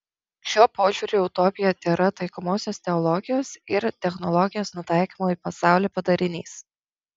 šiuo požiūriu utopija tėra taikomosios teologijos ir technologijos nutaikymo į pasaulį padarinys